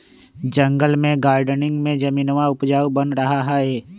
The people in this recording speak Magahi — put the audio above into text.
जंगल में गार्डनिंग में जमीनवा उपजाऊ बन रहा हई